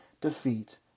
defeat